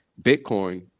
Bitcoin